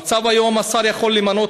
במצב כיום השר יכול למנות,